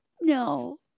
No